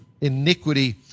iniquity